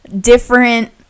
different